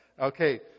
Okay